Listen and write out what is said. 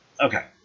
Okay